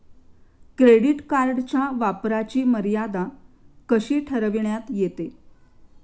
Credit कार्डच्या वापराची मर्यादा कशी ठरविण्यात येते?